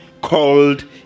called